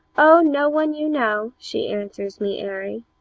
oh, no one you know she answers me airy,